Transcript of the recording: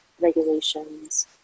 regulations